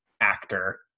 actor